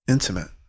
Intimate